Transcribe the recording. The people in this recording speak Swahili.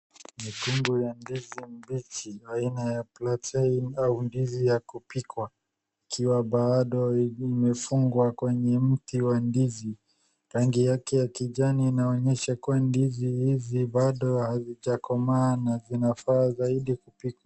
Mkundu wa ndizi mbichi aina ya protein au ndizi ya kupikwa ikiwa bado imefungwa kwenye mti wa ndizi, rangi yake ya kijani inaonyesha kuwa hizi bado hazijakomaa na vinafaa zaidi kupikwa.